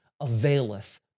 availeth